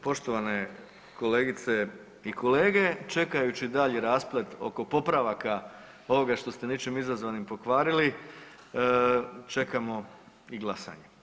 Poštovane kolegice i kolege čekajući dalje rasplet oko popravaka ovoga što ste ničim izazvani pokvarili čekamo i glasanje.